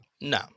No